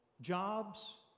jobs